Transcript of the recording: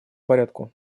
порядку